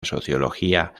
sociología